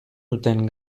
duten